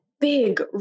big